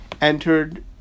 entered